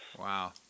Wow